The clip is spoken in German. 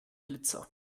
blitzer